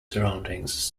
surroundings